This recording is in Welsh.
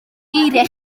geiriau